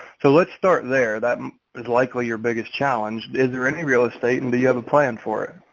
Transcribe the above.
so let's start there. that um is likely your biggest challenge. is there any real estate and do you have a plan for it?